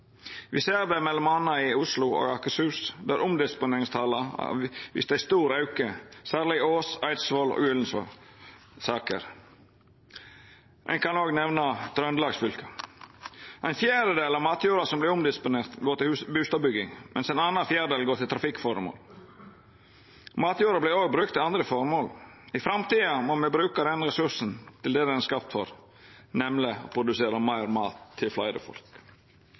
ser det m.a. i Oslo og Akershus, der omdisponeringstala har vist ein stor auke, særleg i Ås, Eidsvoll og Ullensaker. Ein kan òg nemna Trøndelag. Ein fjerdedel av matjorda som vert omdisponert, går til bustadbygging, mens ein annan fjerdedel går til trafikkføremål. Matjorda vert òg brukt til andre føremål. I framtida må me bruka den ressursen til det han er skapt for, nemleg å produsera meir mat til fleire folk.